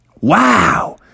wow